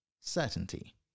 certainty